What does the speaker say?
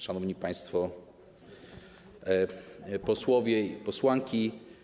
Szanowni Państwo Posłowie i Posłanki!